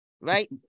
Right